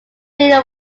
der